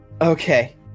Okay